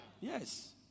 Yes